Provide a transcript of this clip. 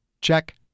Check